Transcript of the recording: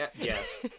Yes